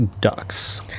Ducks